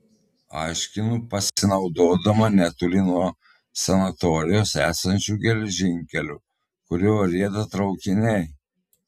aiškinu pasinaudodama netoli nuo sanatorijos esančiu geležinkeliu kuriuo rieda traukiniai